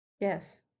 yes